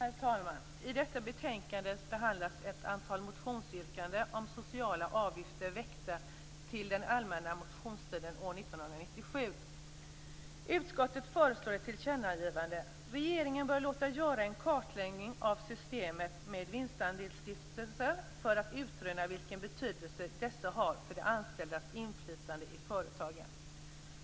Herr talman! I detta betänkande behandlas ett antal motionsyrkanden om sociala avgifter väckta under den allmänna motionstiden år 1997. Utskottet föreslår ett tillkännagivande. Regeringen bör låta göra en kartläggning av systemet med vinstandelsstiftelser för att utröna vilken betydelse dessa har för de anställdas inflytande i företagen.